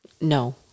No